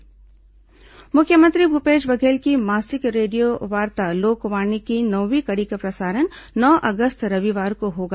लोकवाणी मुख्यमंत्री भूपेश बघेल की मासिक रेडियो वार्ता लोकवाणी की नौवीं कड़ी का प्रसारण नौ अगस्त रविवार को होगा